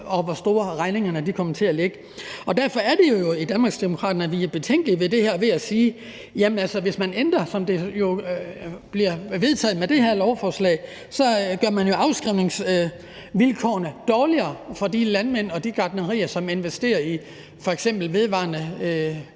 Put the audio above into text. og hvor de kommer til at ligge henne. Derfor er det jo, at vi i Danmarksdemokraterne er betænkelige ved det her og siger: Hvis man ændrer det, som det jo sker med vedtagelsen af det her lovforslag, gør man afskrivningsvilkårene dårligere for de landmænd og de gartnerier, som investerer i f.eks. vedvarende